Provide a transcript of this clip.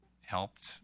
helped